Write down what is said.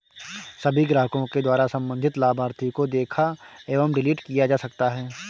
सभी ग्राहकों के द्वारा सम्बन्धित लाभार्थी को देखा एवं डिलीट किया जा सकता है